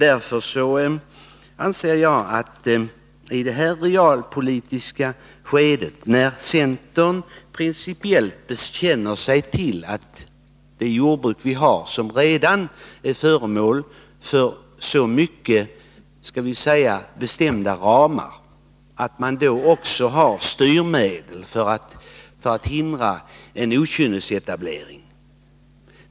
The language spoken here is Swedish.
Därför anser jag att vi i det här realpolitiska skedet — eftersom centern principiellt bekänner sig till det jordbruk vi har, vilket redan är föremål för mycket bestämda ramar — också skall ha styrmedel för att hindra en okynnesetablering.